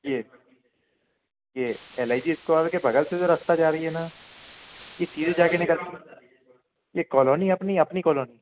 जी जी L I C square के बगल से जो रास्ता जा रही है न ये सीधे जा के निकल ये कॉलोनी अपनी अपनी कॉलोनी